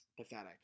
pathetic